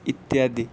ଇତ୍ୟାଦି